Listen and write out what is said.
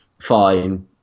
fine